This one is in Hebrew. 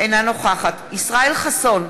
אינה נוכחת ישראל חסון,